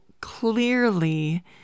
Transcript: clearly